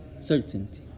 Certainty